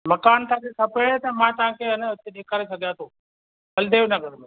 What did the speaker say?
मकान तव्हां खे खपे त मां तव्हांखे अन हुते ॾेखारे सघियां थो बलदेव नगर में